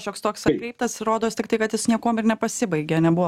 šioks toks atkreiptas rodos tiktai kad jis niekuom ir nepasibaigė nebuvo